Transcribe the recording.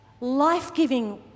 life-giving